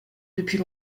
depuis